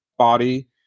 body